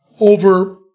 over